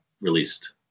released